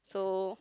so